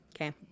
Okay